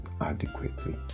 adequately